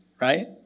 right